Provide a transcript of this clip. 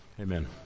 amen